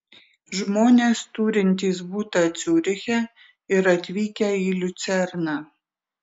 žmonės turintys butą ciuriche ir atvykę į liucerną